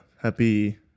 Happy